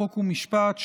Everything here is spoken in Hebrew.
חוק ומשפט,